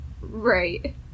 right